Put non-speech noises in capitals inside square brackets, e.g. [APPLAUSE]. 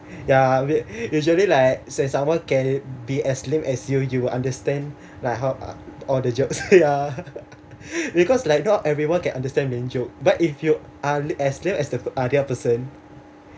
yeah we usually like say someone can be as lame as you you will understand like how uh all the jokes ya [LAUGHS] because like not everyone can understand lame joke but if you are as lame as the other person